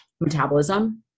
metabolism